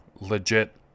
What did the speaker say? legit